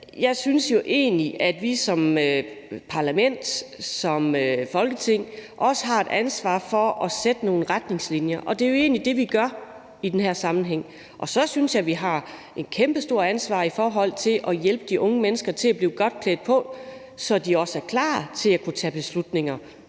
Jeg synes egentlig, at vi som parlament, som Folketing også har et ansvar for at sætte nogle retningslinjer op. Det er jo egentlig det, vi gør i den her sammenhæng. Og så synes jeg, vi har et kæmpestort ansvar i forhold til at hjælpe de unge mennesker til at blive godt klædt på, så de også er klar til at kunne tage beslutninger,